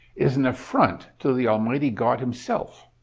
is an affront to the almighty god himself.